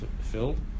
filled